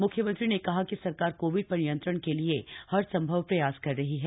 मुख्यमंत्री ने कहा कि सरकार कोविड पर नियंत्रण के लिए हर सम्भव प्रयास कर रही है